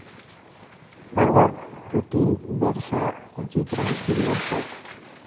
लगभग दू तीन बेरसँ ओ जीत रहल तीन बेरसँ